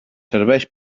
serveix